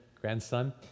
grandson